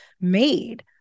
made